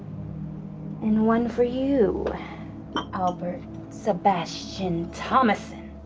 and one for you albert sebastian thomason.